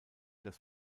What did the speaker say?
das